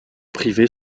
privée